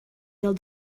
del